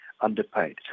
underpaid